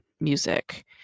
music